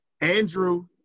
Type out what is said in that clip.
Andrew